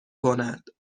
کند